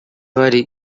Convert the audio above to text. bari